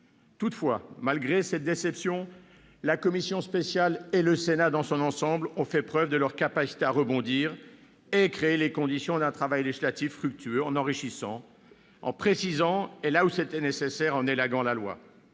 collègues, malgré cette déception, la commission spéciale et le Sénat dans son ensemble ont fait preuve de leur capacité à rebondir, pour créer les conditions d'un travail législatif fructueux en enrichissant, en précisant et, là où c'était nécessaire, en élaguant le